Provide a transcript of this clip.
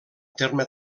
terme